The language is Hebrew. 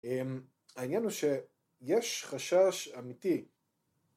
‫העניין הוא, שיש חשש אמיתי.